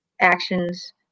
actions